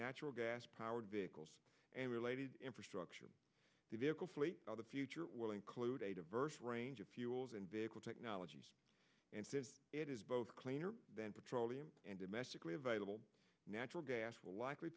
natural gas powered vehicles and related infrastructure the vehicle fleet the future will include a diverse range of fuels and vehicle technologies and it is both cleaner than petroleum and domestically available natural gas will likely